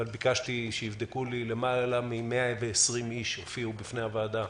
אבל נאמר לי שלמעלה מ-120 איש הופיעו בפני הועדה.